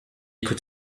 could